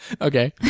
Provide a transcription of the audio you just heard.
Okay